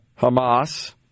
Hamas